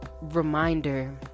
reminder